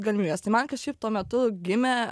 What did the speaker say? galimybės tai man kažkaip tuo metu gimė